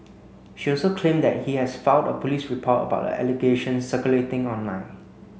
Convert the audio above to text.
she also claimed that he has filed a police report about the allegations circulating online